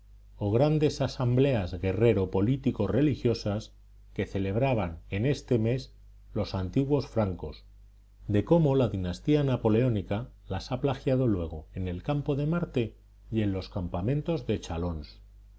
o grandes asambleas guerrero político religiosas que celebraban en este mes los antiguos francos de cómo la dinastía napoleónica las ha plagiado luego en el campo de marte y en los campamentos de chlons